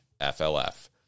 FLF